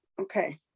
Okay